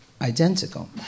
identical